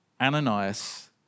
Ananias